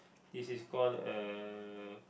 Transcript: this is call uh